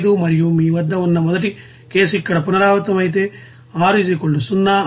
25 మరియు మీ వద్ద ఉన్న మొదటి కేసు ఇక్కడ పునరావృతమైతే R 0